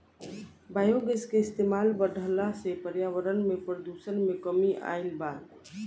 biogas के इस्तमाल बढ़ला से पर्यावरण में प्रदुषण में कमी आइल बा